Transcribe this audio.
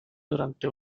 durante